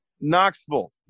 Knoxville